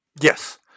Yes